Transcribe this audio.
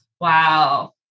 Wow